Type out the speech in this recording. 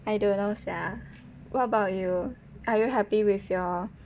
I don't know sia what about you are you happy with your